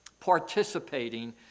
participating